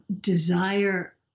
desire